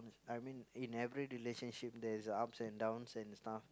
I mean in every relationship there is ups and downs and stuff